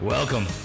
Welcome